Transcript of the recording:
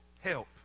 help